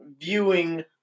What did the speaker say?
viewing